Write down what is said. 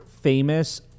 famous